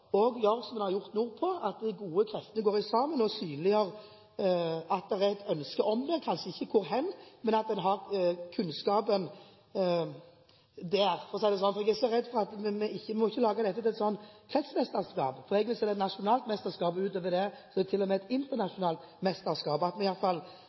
som man har gjort nordpå, at gode krefter går sammen og synliggjør at det er et ønske om dette – kanskje ikke hvor, men at en har kunnskapen der, for å si det sånn. Jeg er så redd for at vi lager dette til et kretsmesterskap, for jeg vil si at det er et nasjonalt mesterskap, og utover det, til og med et internasjonalt mesterskap, slik at vi iallfall